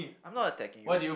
I'm not attacking you